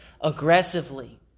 aggressively